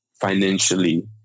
financially